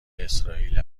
اسرائیل